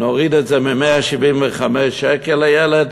נוריד את זה מ-175 שקלים לילד,